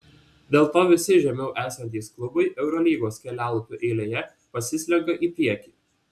dėl to visi žemiau esantys klubai eurolygos kelialapių eilėje pasislenka į priekį